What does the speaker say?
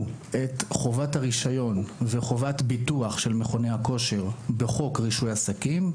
את חובת הרישיון וחובת ביטוח של מכוני הכושר בחוק רישוי עסקים,